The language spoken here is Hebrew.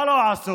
מה לא עשו